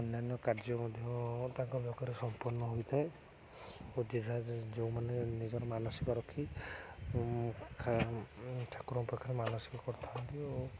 ଅନ୍ୟାନ୍ୟ କାର୍ଯ୍ୟ ମଧ୍ୟ ତାଙ୍କ ଲୋକରେ ସମ୍ପୂର୍ଣ୍ଣ ହୋଇଥାଏ ଓ ଯେଝା ଯେଉଁମାନେ ନିଜର ମାନସିକ ରଖି ଠାକୁରଙ୍କ ପାଖରେ ମାନସିକ କରିଥାନ୍ତି ଓ